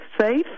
safe